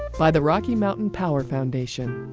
by the rocky mountain power foundation.